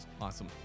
Awesome